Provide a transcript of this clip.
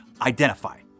identify